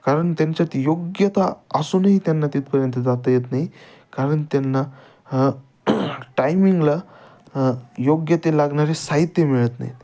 कारण त्यांच्यात योग्यता असूनही त्यांना तिथपर्यंत जात येत नाही कारण त्यांना टायमिंगला योग्य ते लागणारे साहित्य मिळत नाहीत